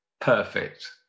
perfect